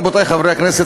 רבותי חברי הכנסת,